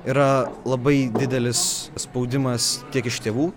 yra labai didelis spaudimas tiek iš tėvų